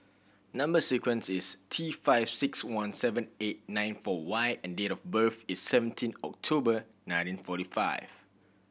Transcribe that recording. number sequence is T five six one seven eight nine four Y and date of birth is seventeen October nineteen forty five